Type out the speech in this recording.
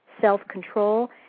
self-control